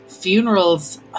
Funerals